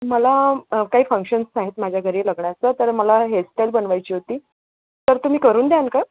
मला काही फंक्शन्स आहेत माझ्या घरी लग्नाचं तर मला हेअरस्टाईल बनवायची होती तर तुम्ही करून द्याल का